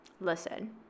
listen